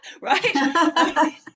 Right